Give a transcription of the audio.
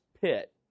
pit